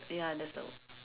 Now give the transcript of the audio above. ya that's the